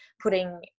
putting